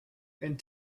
and